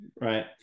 right